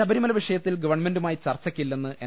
ശബരിമല വിഷയത്തിൽ ഗവൺമെന്റുമായി ചർച്ചക്കില്ലെന്ന് എൻ